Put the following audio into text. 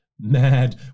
mad